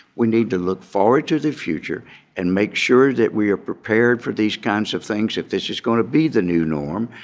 we need to look forward to the future and make sure that we are prepared for these kinds of things if this is going to be the new norm.